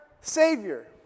Savior